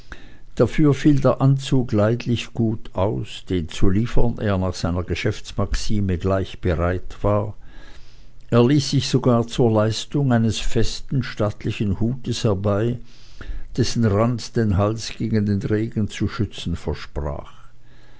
dafür fiel der anzug leidlich gut aus den zu liefern er nach seiner geschäftsmaxime gleich bereit war er ließ sich sogar zur leistung eines festen stattlichen hutes herbei dessen rand den hals gegen den regen zu schützen versprach